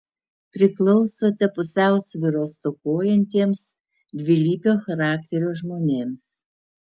priklausote pusiausvyros stokojantiems dvilypio charakterio žmonėms